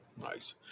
Nice